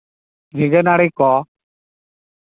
ᱡᱷᱤᱸᱜᱟᱹ ᱱᱟᱹᱲᱤ ᱠᱚ